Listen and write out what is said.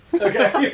Okay